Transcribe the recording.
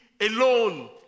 alone